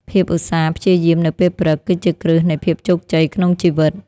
ភាពឧស្សាហ៍ព្យាយាមនៅពេលព្រឹក គឺជាគ្រឹះនៃភាពជោគជ័យក្នុងជីវិត។